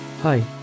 Hi